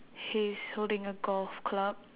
he's holding a golf club